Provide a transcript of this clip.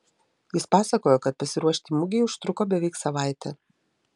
jis pasakojo kad pasiruošti mugei užtruko beveik savaitę